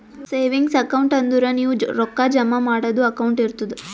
savings account ಅಂದುರ್ ನೀವು ರೊಕ್ಕಾ ಜಮಾ ಮಾಡದು ಅಕೌಂಟ್ ಇರ್ತುದ್